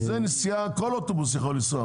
זאת נסיעה, כל אוטובוס יכול לנסוע.